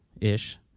ish